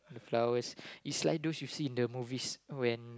the flowers it's like those you see in the movies